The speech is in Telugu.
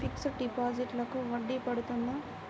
ఫిక్సడ్ డిపాజిట్లకు వడ్డీ పడుతుందా?